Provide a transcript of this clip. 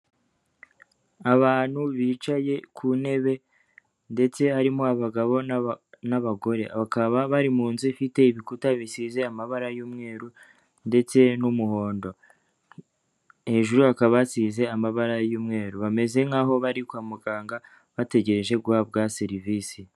Abantu bicaye ku ntebe ndetse harimo abagabo n'abagore, bakaba bari mu nzu ifite ibikuta bisize amabara y'umweru ndetse n'umuhondo, hejuru hakaba hasize amabara y'umweru, bameze nk'aho bari kwa muganga bategereje guhabwa serivisi.